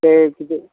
ते किदें